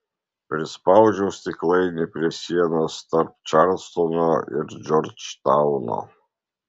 prispaudžiau stiklainį prie sienos tarp čarlstono ir džordžtauno